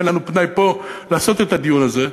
אין לנו פנאי פה לעשות את הדיון הזה.